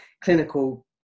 clinical